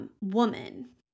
woman